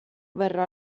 verrà